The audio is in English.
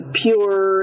pure